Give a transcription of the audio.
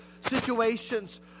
situations